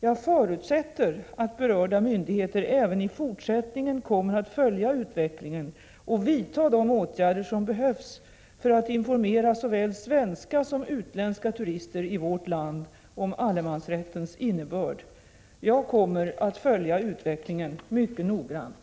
Jag förutsätter att berörda myndigheter även i fortsättningen kommer att följa utvecklingen och vidtar de åtgärder som behövs för att informera såväl svenska som utländska turister i vårt land om allemansrättens innebörd. Jag kommer att följa utvecklingen mycket noggrant.